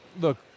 look